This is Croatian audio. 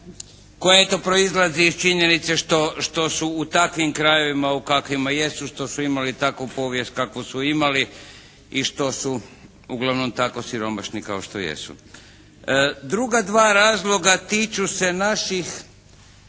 koja eto proizlazi iz činjenice što su u takvim krajevima u kakvima jesu, što su imali takvu povijest kakvu su imali i što su uglavnom tako siromašni kao što jesu. Druga dva razloga tiču se naših